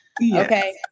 Okay